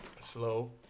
Slow